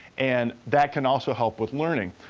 and that can also help with learning.